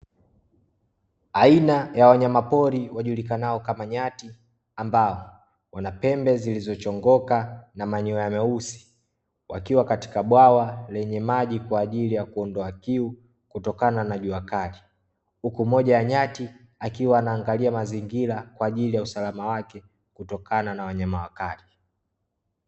Aina ya wanyama pori wajulikanao kama nyati, ambao wana pembe zilizochongoka na manyoya meusi, wakiwa katika bwawa lenye maji kwa ajili ya kuondoa kiu kutokana na jua kali, huku mmoja ya nyati akiwa anaangalia mazingira kwa ajili ya usalama wake kutokana na wanyama wakali.